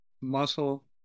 muscle